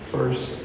First